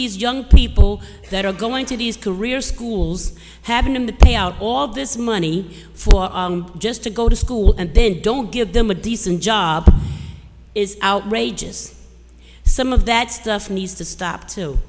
these young people that are going to these career schools having to pay out all this money for just to go to school and then don't give them a decent job is outrageous some of that stuff needs to stop too